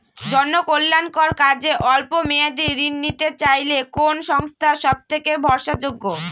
জনকল্যাণকর কাজে অল্প মেয়াদী ঋণ নিতে চাইলে কোন সংস্থা সবথেকে ভরসাযোগ্য?